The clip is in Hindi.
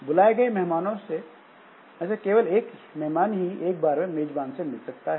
बुलाए गए मेहमानों में से केवल एक मेहमान ही एक बार में मेजबान से मिल सकता है